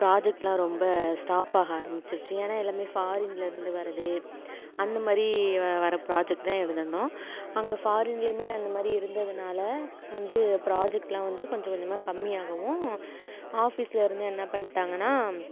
ப்ராஜெக்ட்லாம் ரொம்ப ஸ்டாப்பாக ஆரமிச்சிடுச்சு ஏன்னா எல்லாமே ஃபாரின்லேருந்து வரது அந்த மாதிரி வ வர ப்ராஜெக்ட் தான் எடுந்திருந்தோம் அங்கே ஃபாரின்லேயுமே அந்த மாதிரி இருந்ததினால வந்து ப்ராஜெக்ட்லாம் வந்து கொஞ்சம் கொஞ்சமாக கம்மியாகவும் ஆஃபீஸ்லேருந்து என்ன பண்ணிடாங்கன்னா